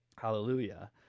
hallelujah